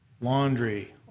laundry